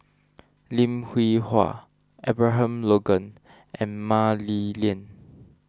Lim Hwee Hua Abraham Logan and Mah Li Lian